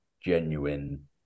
genuine